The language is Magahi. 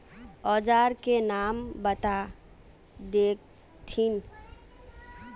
औजार के नाम बता देथिन?